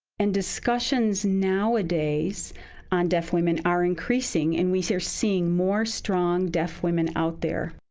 and discussions nowadays on deaf women are increasing and we so are seeing more strong deaf women out there.